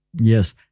Yes